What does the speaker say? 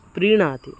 प्रीणाति